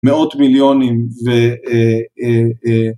מאות מיליונים.